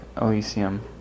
Elysium